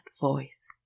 voice